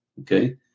okay